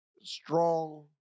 strong